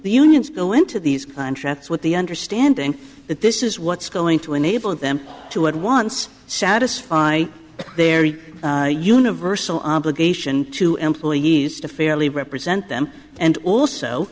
unions go into these contracts with the understanding that this is what's going to enable them to at once satisfy their universal obligation to employees to fairly represent them and